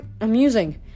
amusing